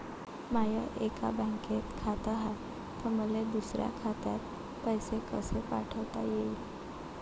माय एका बँकेत खात हाय, त मले दुसऱ्या खात्यात पैसे कसे पाठवता येईन?